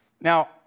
Now